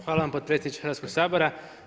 Hvala vam potpredsjedniče Hrvatskog sabora.